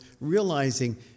realizing